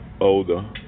older